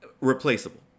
replaceable